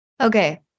Okay